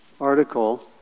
article